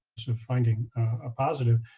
sort of finding a positive.